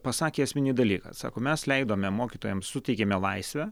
pasakė esminį dalyką sako mes leidome mokytojams suteikėme laisvę